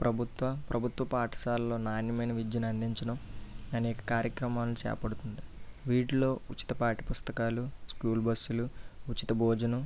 ప్రభుత్వ ప్రభుత్వ పాఠశాలలో నాణ్యమైన విద్యను అందించడం అనేక కార్యక్రమాలను చేపడుతుంది వీటిలో ఉచిత పాఠ్యపుస్తకాలు స్కూల్ బస్సులు ఉచిత భోజనం